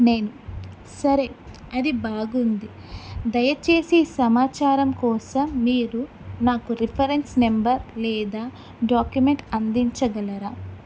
నేను సరే అది బాగుంది దయచేసి సమాచారం కోసం మీరు నాకు రిఫరెన్స్ నెంబర్ లేదా డాక్యుమెంట్ అందించగలరా